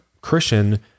Christian